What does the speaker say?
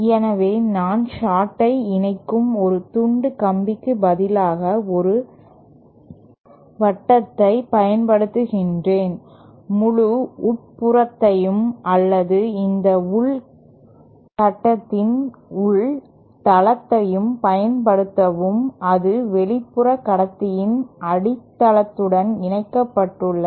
எனவே நான் சார்ட் ஐ இணைக்கும் ஒரு துண்டு கம்பிக்கு பதிலாக ஒரு வட்டத்த்தட்டை பயன்படுத்படுத்துகிறேன் முழு உட்புறத்தையும் அல்லது இந்த உள் கடத்தியின் உள் தளத்தையும் பயன்படுத்தவும் அது வெளிப்புற கடத்தியின் அடித்தளத்துடன் இணைக்கப்பட்டுள்ளது